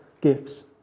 gifts